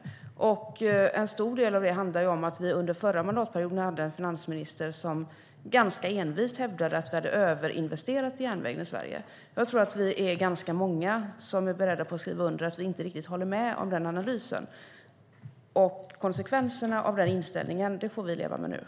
En stor del av detta handlar om att vi under förra mandatperioden hade en finansminister som ganska envist hävdade att vi hade överinvesterat i järnvägen i Sverige. Jag tror att vi är ganska många som är beredda att skriva under på att vi inte riktigt håller med om den analysen. Konsekvenserna av den inställningen får vi leva med nu.